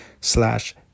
slash